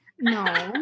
no